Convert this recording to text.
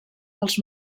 pels